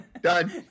done